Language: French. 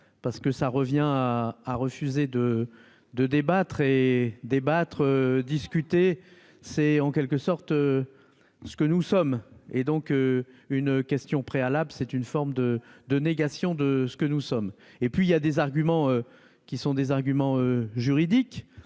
parce que ça revient à à refuser de de débattre et débattre, discuter, c'est en quelque sorte ce que nous sommes, et donc une question préalable, c'est une forme de de négation de ce que nous sommes et puis il y a des arguments qui sont des arguments juridiques